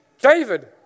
David